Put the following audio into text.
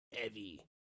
heavy